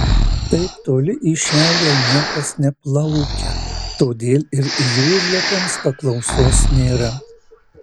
taip toli į šiaurę niekas neplaukia todėl ir jūrlapiams paklausos nėra